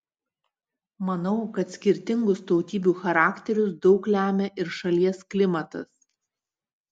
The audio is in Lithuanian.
manau kad skirtingus tautybių charakterius daug lemia ir šalies klimatas